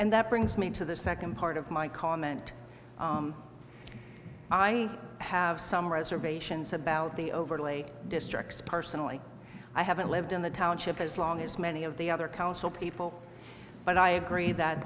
and that brings me to the second part of my comment i have some reservations about the overly destructs personally i haven't lived in the township as long as many of the other council people but i agree that